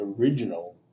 original